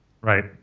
Right